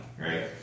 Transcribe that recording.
right